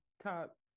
top